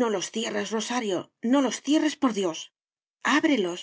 no los cierres rosario no los cierres por dios ábrelos